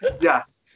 yes